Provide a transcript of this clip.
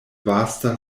vasta